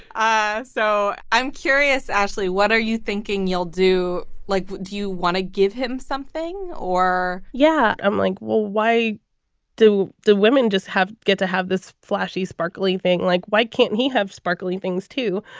ah so i'm curious, ashley, what are you thinking you'll do? like, what do you want to give him something or yeah. i'm like, well, why do the women just have get to have this flashy, sparkly thing? like, why can't he have sparkly things, too?